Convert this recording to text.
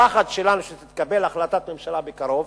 הפחד שלנו, שתתקבל החלטת ממשלה בקרוב